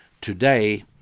today